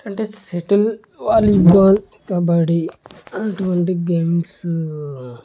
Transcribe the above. అంటే shuttle volleyball kabaddi అటువంటి games